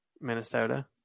Minnesota